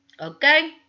Okay